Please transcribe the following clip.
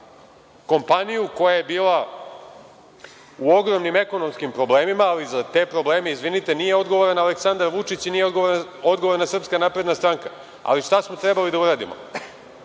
kompaniju koja je bila u ogromnim ekonomskim problemima, ali za te probleme, izvinite, nije odgovoran Aleksandar Vučić i nije odgovorna SNS. Ali, šta je trebalo da uradimo?